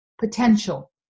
potential